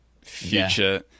future